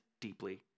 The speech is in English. deeply